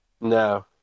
No